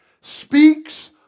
speaks